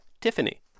Tiffany